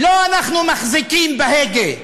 לא אנחנו מחזיקים בהגה.